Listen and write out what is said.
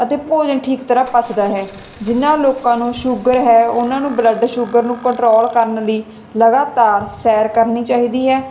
ਅਤੇ ਭੋਜਨ ਠੀਕ ਤਰ੍ਹਾਂ ਪਚਦਾ ਹੈ ਜਿਹਨਾਂ ਲੋਕਾਂ ਨੂੰ ਸ਼ੂਗਰ ਹੈ ਉਹਨਾਂ ਨੂੰ ਬਲੱਡ ਸ਼ੂਗਰ ਨੂੰ ਕੰਟਰੋਲ ਕਰਨ ਲਈ ਲਗਾਤਾਰ ਸੈਰ ਕਰਨੀ ਚਾਹੀਦੀ ਹੈ